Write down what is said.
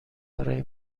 برای